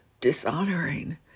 dishonoring